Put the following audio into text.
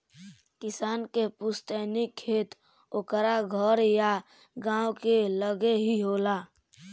किसान के पुस्तैनी खेत ओकरा घर या गांव के लगे ही होला